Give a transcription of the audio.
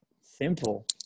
simple